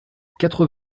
quatre